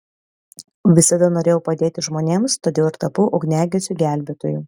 visada norėjau padėti žmonėms todėl ir tapau ugniagesiu gelbėtoju